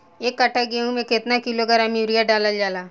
एक कट्टा गोहूँ में केतना किलोग्राम यूरिया डालल जाला?